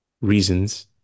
reasons